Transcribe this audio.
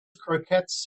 croquettes